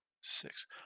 Six